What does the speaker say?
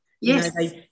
Yes